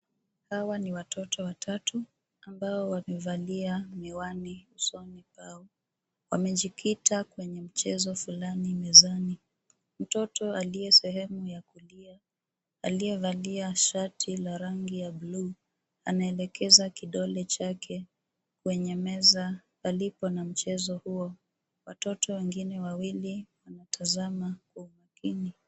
Hawa ni watoto watatu ambao wamevalia miwani usoni pao. Wamejikita kwenye mchezo fulani mezani. Mtoto aliye seheumu ya kulia, aliyevalia shati la rangi ya bluu, anaelekeza kidole chake kwenye meza palipo na mchezo huo. Watoto wengine wawili wanatazama kwa umakini.